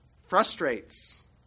frustrates